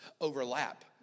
overlap